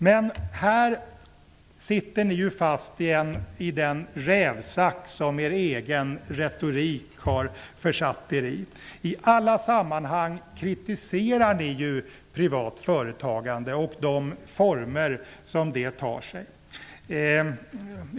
Men här sitter ni fast i den rävsax som er egen retorik har försatt er i. I alla sammanhang kritiserar ni ju privat företagande och de former som det tar sig.